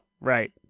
right